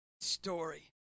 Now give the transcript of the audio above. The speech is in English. Story